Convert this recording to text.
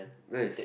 nice